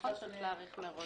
צריך להיערך מראש.